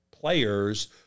players